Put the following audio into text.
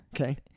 okay